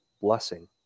blessing